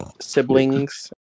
siblings